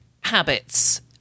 habits